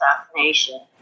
assassination